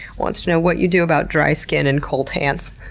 wants to know what you do about dry skin and cold hands?